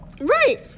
right